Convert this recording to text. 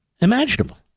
imaginable